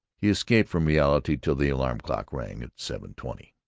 he escaped from reality till the alarm-clock rang, at seven-twenty.